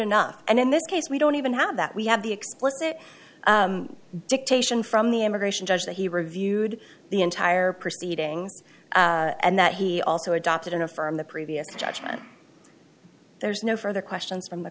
enough and in this case we don't even have that we have the explicit dictation from the immigration judge that he reviewed the entire proceedings and that he also adopted and affirm the previous judgment there's no further questions from the